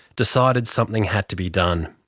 decided something had to be done.